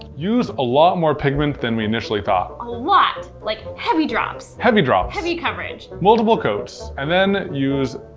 use a lot more pigment than we initially thought. a lot, like heavy drops. heavy drops. heavy coverage. multiple coats. and then use,